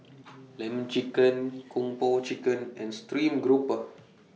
Lemon Chicken Kung Po Chicken and Stream Grouper